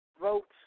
votes